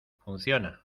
funciona